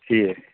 ٹھیٖک